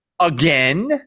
again